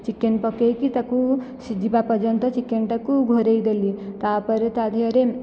chicken ପକାଇକି ତାକୁ ସିଝିବା ପର୍ଯ୍ୟନ୍ତ ଚିକେନ୍ଟାକୁ ଘୋଡ଼ାଇଦେଲି ତା' ପରେ ତା' ଦେହରେ